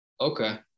Okay